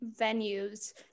venues